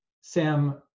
Sam